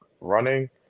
running